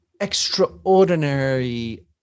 extraordinary